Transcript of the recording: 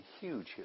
huge